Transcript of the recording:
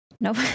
Nope